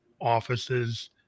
offices